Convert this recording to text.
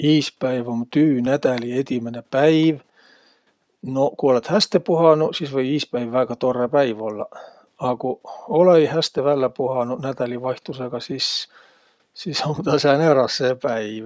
Iispäiv um tüünädäli edimäne päiv. Noq, ku olõt häste puhanuq, sis või iispäiv väega torrõ päiv ollaq, a ku olõ-õi häste vällä puhanuq nädälivaihtusõgaq, sis, sis um tä sääne rassõ päiv.